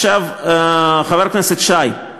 חבר הכנסת שי, כן.